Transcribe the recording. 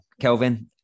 Kelvin